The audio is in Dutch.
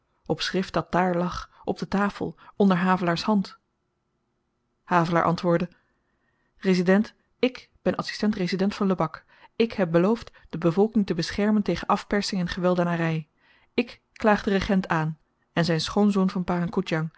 op schrift dat dààr lag op de tafel onder havelaars hand havelaar antwoordde resident ik ben adsistent resident van lebak ik heb beloofd de bevolking te beschermen tegen afpersing en geweldenary ik klaag den regent aan en zyn schoonzoon van parang koedjang